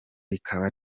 rikaba